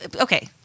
okay